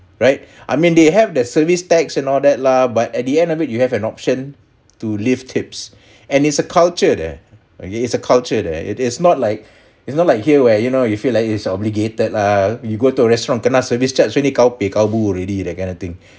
right I mean they have their service tax and all that lah but at the end of it you have an option to leave tips and it's a culture there okay it's a culture there it is not like it's not like here where you know you feel like is obligated lah you go to a restaurant kena service charge really gao picabo already that kind of thing